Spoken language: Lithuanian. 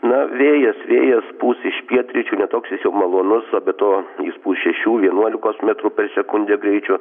na vėjas vėjas pūs iš pietryčių ne toks jis jau malonus o be to jis pūs šešių vienuolikos metrų per sekundę greičiu